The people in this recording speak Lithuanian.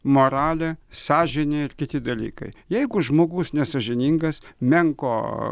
moralė sąžinė ir kiti dalykai jeigu žmogus nesąžiningas menko